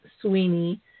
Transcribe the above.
Sweeney